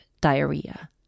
diarrhea